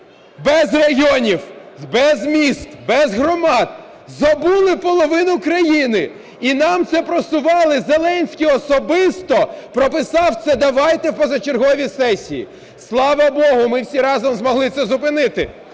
без районів, без міст, без громад, забули половину країни. І нам це просували, Зеленський особисто прописав це: давайте в позачерговій сесії. Слава Богу, ми всі разом змогли це зупинити.